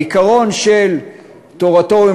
העיקרון של תורתו-אומנותו,